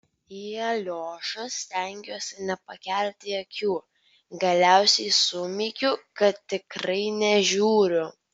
į aliošą stengiuosi nepakelti akių galiausiai sumykiu kad tikrai nežiūriu